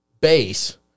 base